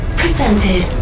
presented